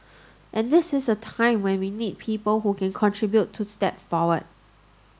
and this is a time when we need people who can contribute to step forward